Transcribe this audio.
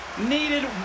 Needed